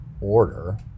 order